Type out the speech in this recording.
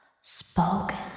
Spoken